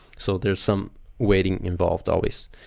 so there's some waiting involved always.